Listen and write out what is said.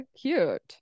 cute